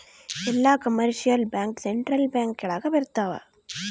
ಎಲ್ಲ commercial bank central bank ಕೆಳಗ ಬರತಾವ